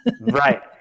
Right